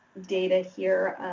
data here